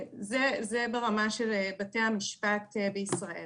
זה ברמה של בתי המשפט בישראל.